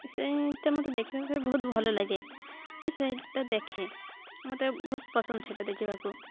ସେଇଟା ମୋତେ ଦେଖିବା ପାଇଁ ବହୁତ ଭଲ ଲାଗେ ସେଇଟା ଦେଖେ ମୋତେ ବହୁତ ପସନ୍ଦ ସେଇଟା ଦେଖିବାକୁ